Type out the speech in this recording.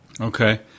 Okay